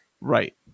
Right